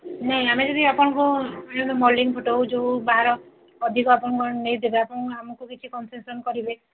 ନାଇଁ ଆମେ ଯଦି ଆପଣଙ୍କୁ ମଡେଲିଙ୍ଗ୍ ଫଟୋ ଯୋଉ ବାହାର ଅଧିକ ଆପଣଙ୍କୁ ନେଇ ଦେବେ ଆପଣ ଆମକୁ କିଛି କନସେସନ୍ କରିବେ